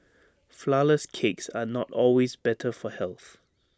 Flourless Cakes are not always better for health